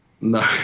No